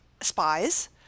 spies